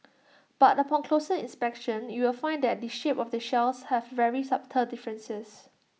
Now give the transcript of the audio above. but upon closer inspection you will find that the shape of the shells have very subtle differences